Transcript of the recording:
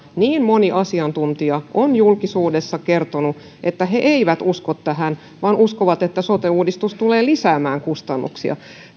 niin moni asiantuntija on julkisuudessa kertonut että he eivät usko tähän vaan uskovat että sote uudistus tulee lisäämään kustannuksia